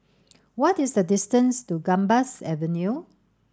what is the distance to Gambas Avenue